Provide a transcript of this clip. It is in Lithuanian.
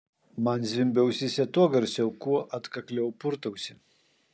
man zvimbia ausyse tuo garsiau kuo atkakliau purtausi